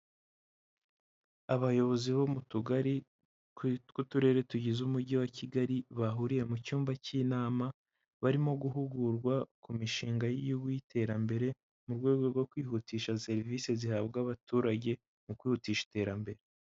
Abayobozi bo mu tugari tw'uturere tugize umujyi wa Kigali bahuriye mu cyumba cy'inama barimo guhugurwa ku mishinga y'iterambere mu rwego rwo kwihutisha serivisi zihabwa abaturage mu kwihutisha iterambere.